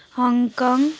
Hong Kong